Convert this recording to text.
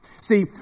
See